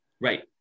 Right